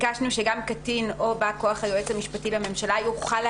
ביקשנו שגם קטין או בא כוח היועץ המשפטי לממשלה יוכלו